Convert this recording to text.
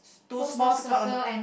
two small circles on